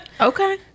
Okay